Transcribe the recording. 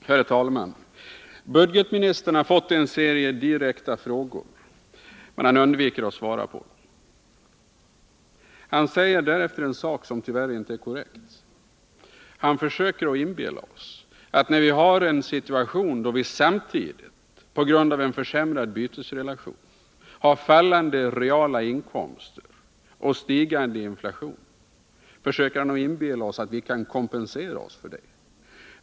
Herr talman! Budgetministern har fått en serie direkta frågor, men han undviker att svara på dem. Han har därefter sagt en sak som tyvärr inte är korrekt. Han försöker inbilla oss att när vi nu har en situation, då vi på grund av en försämrad bytesrelation samtidigt har fallande reala inkomster och stigande inflation, kan vi kompensera oss för detta.